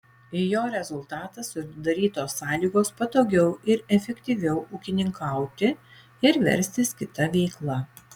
jo rezultatas sudarytos sąlygos patogiau ir efektyviau ūkininkauti ir verstis kita veikla